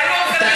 תחלום.